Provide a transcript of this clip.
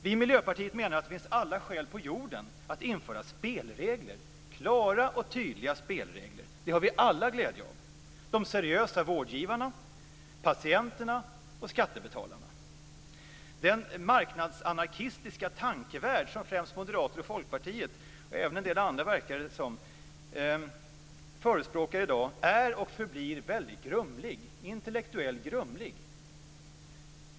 Vi i Miljöpartiet menar att det finns alla skäl på jorden att införa spelregler, klara och tydliga spelregler. Det har vi alla glädje av, de seriösa vårdgivarna, patienterna och skattebetalarna. Den marknadsanarkistiska tankevärld som främst Moderaterna och Folkpartiet, men även en del andra verkar det som, förespråkar i dag är och förblir väldigt intellektuellt grumlig.